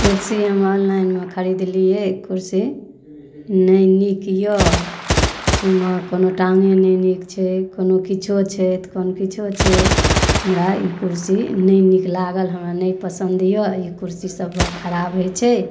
कुरसी हम ऑनलाइनमे खरिदलिए कुरसी नहि नीक अइ कुरसीमे कोनो टाँगे नहि नीक छै कोनो किछु छै तऽ कोनो किछु छै हमरा ई कुरसी नहि नीक लागल हमरा नहि पसन्द अइ ई कुरसीसब बड़ खराब होइ छै